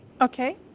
Okay